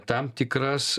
tam tikras